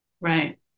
Right